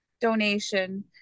donation